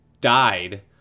died